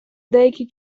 деякий